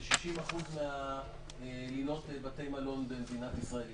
60% מהלינות בבתי מלון במדינת ישראל,